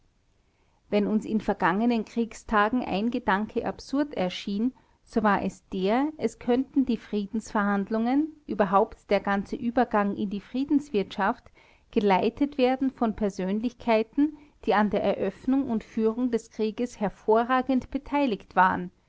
wenn uns in vergangenen kriegstagen ein gedanke absurd erschien so war es der es könnten die friedensverhandlungen überhaupt der ganze übergang in die friedenswirtschaft geleitet werden von persönlichkeiten die an der eröffnung und führung des krieges hervorragend beteiligt waren